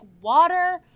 water